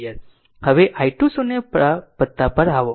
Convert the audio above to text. હવે i2 0 પર આવો